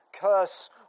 curse